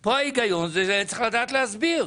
פה ההיגיון זה צריך לדעת להסביר.